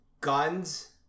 guns